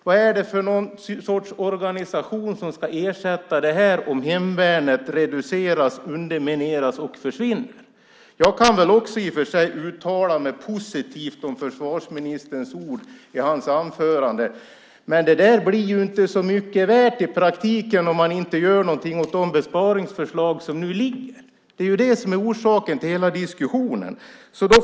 Vad är det för sorts organisation som ska ersätta det här om hemvärnet reduceras, undermineras och försvinner? Jag kan väl också i och för sig uttala mig positivt om försvarsministerns ord i hans anförande, men de blir ju inte så mycket värda i praktiken om man inte gör något åt de besparingsförslag som nu ligger. Det är de som är orsaken till hela diskussionen.